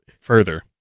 further